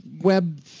Web